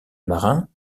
marin